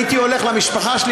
הייתי הולך למשפחה שלי,